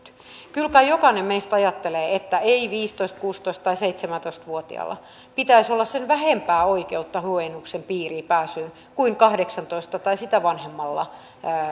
kyllä kai jokainen meistä ajattelee että ei viisitoista kuusitoista tai seitsemäntoista vuotiaalla pitäisi olla sen vähempää oikeutta huojennuksen piiriin pääsyyn kuin kahdeksantoista vuotiaalla tai sitä vanhemmalla